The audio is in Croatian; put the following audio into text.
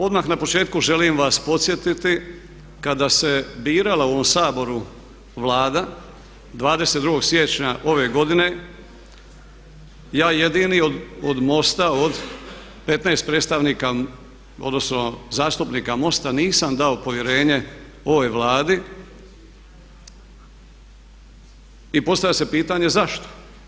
Odmah na početku želim vas podsjetiti kada se birala u ovom Saboru Vlada 22. siječnja ove godine ja jedini od MOST-a, od 15 predstavnika odnosno zastupnika MOST-a nisam dao povjerenje ovoj Vladi i postavlja se pitanje zašto?